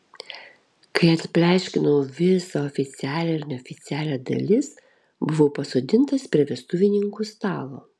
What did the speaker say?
kai atpleškinau visą oficialią ir neoficialią dalis buvau pasodintas prie vestuvininkų stalo